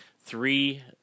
three